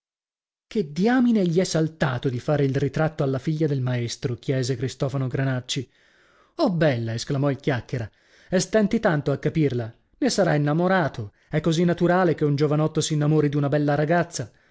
che diamine gli è saltato di fare il ritratto alla figlia del maestro chiese cristofano granacci oh bella esclamò il chiacchiera e stenti tanto a capirla ne sarà innamorato è così naturale che un giovanotto s'innamori d'una bella ragazza